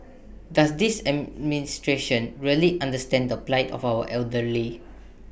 does this administration really understand the plight of our elderly